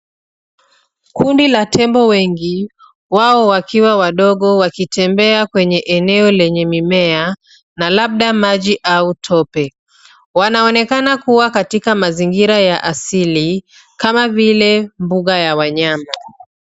Kundi la tembo wengi wao wakiwa wadogo wakitembea kwenye eneo lenye mimea na labda maji au tope. Wanaonekana kuwa katika mazingira ya asili kama vile mbuga la wanyama.